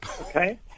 okay